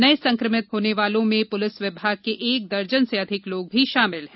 नये संक्रमित होने वालों में पुलिस विभाग के एक दर्जन से अधिक लोग भी शामिल हैं